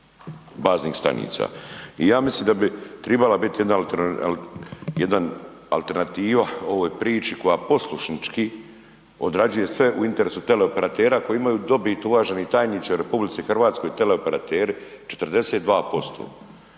I ja mislim da bi trebala biti jedna alternativa ovoj priči koja poslušnički odrađuje sve u interesu teleoperatera koji imaju dobit uvaženi tajniče u Republici Hrvatskoj teleoperateri 42%